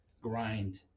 grind